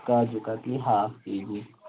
کاجو katli half K جی